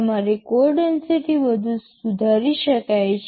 તમારી code density વધુ સુધારી શકાય છે